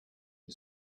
you